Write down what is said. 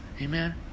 Amen